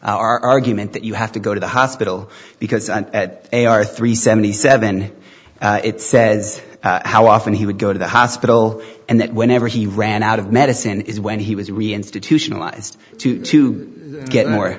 our argument that you have to go to the hospital because they are three seventy seven it says how often he would go to the hospital and that whenever he ran out of medicine is when he was reinstitution lies to to get more